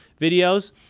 videos